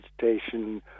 vegetation